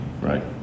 right